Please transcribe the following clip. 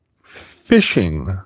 fishing